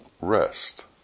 rest